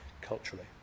culturally